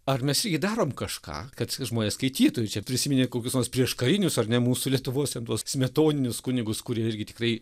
ar mes irgi darom kažką kad žmonės skaitytų čia prisimini kokius nors prieškarinius ar ne mūsų lietuvos ten tuos smetoninius kunigus kurie irgi tikrai